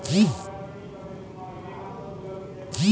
सुवास्थ बीमा का ए अउ ओकर फायदा मोला कैसे मिल पाही?